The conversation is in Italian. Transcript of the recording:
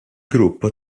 gruppo